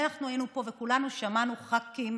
אנחנו היינו פה וכולנו שמענו ח"כים